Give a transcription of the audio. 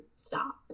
stop